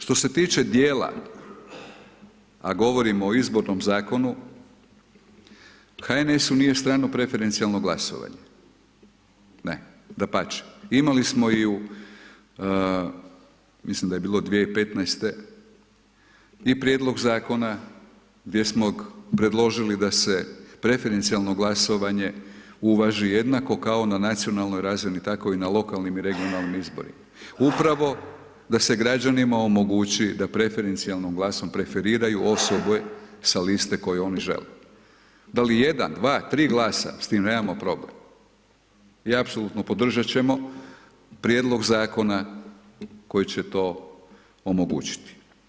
Što se tiče dijela, a govorimo o Izbornom zakonu, HNS-u nije strano preferencijalno glasovanje, ne, dapače, imali smo i u, mislim da je bilo 2015. i prijedlog zakona gdje smo predložili da se preferencijalno glasovanje uvaži jednako kao na nacionalnoj razini, tako i na lokalnim i regionalnim izborima, upravo da se građanima omogući da preferencijalnom glasom preferiraju osobe sa liste koje oni žele, da li jedan, dva, tri glasa, s tim nemamo problem i apsolutno podržat ćemo prijedlog zakona koji će to omogućiti.